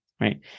right